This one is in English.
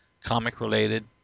Comic-related